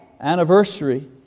anniversary